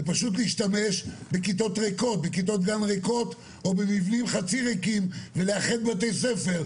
זה פשוט להשתמש בכיתות גן ריקות או במבנים חצי ריקים ולאחד בתי ספר,